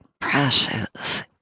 precious